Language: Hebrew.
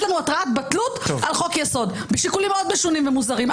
לנו התראת בטלות על חוק-יסוד משיקולים מאוד משונים ומוזרים.